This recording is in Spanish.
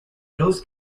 luz